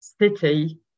city